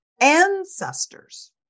ancestors